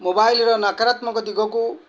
ମୋବାଇଲ୍ର ନାକରାତ୍ମକ ଦିଗକୁ